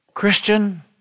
Christian